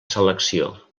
selecció